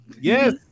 Yes